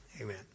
amen